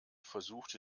versuchte